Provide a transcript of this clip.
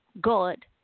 God